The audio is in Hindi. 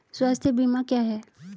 स्वास्थ्य बीमा क्या है?